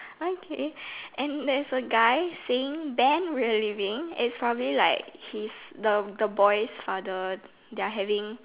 okay and there's a guy saying Ben we're leaving it's probably like his the the boys father their having